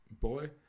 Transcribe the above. boy